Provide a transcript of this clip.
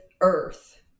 Earth